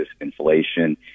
inflation